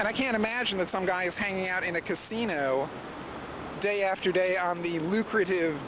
and i can't imagine that some guy is hanging out in a casino day after day on the lucrative